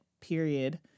period